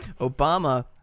Obama